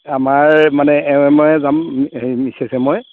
আমাৰ মানে এওঁৱে ময়েই যাম হেৰি মিচেছে ময়ে